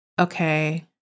okay